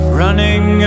running